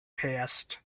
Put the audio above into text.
passed